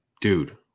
dude